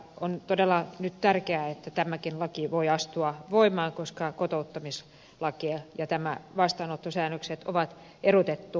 on nyt todella tärkeää että tämäkin laki voi astua voimaan koska kotouttamislaki ja nämä vastaanottosäännökset on erotettu toisistaan